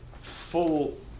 full